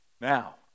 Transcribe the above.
Now